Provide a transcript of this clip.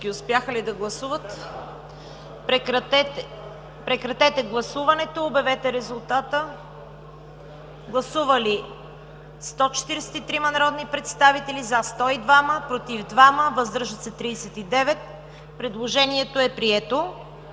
Предложението е прието.